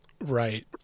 Right